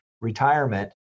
retirement